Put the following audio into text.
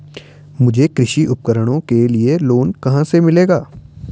मुझे कृषि उपकरणों के लिए लोन कहाँ से मिलेगा?